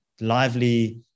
lively